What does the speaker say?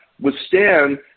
withstand